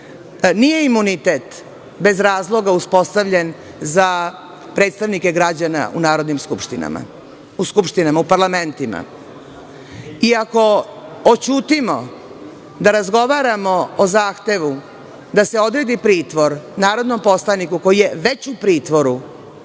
imunitet bez razloga uspostavljen za predstavnike građana u narodnim skupštinama, u parlamentima. Ako oćutimo da razgovaramo o zahtevu da se odredi pritvor narodnom poslaniku, koji je već u pritvoru,